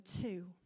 two